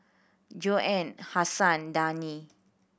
Joanne Hasan Dani